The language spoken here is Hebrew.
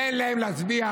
תן להם להצביע,